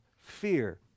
fear